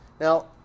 Now